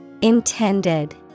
Intended